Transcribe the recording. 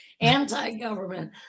Anti-government